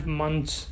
months